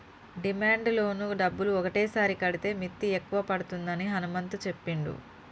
demand loan డబ్బులు ఒకటేసారి కడితే మిత్తి ఎక్కువ పడుతుందని హనుమంతు చెప్పిండు